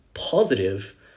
positive